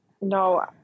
no